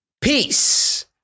Peace